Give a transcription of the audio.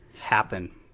happen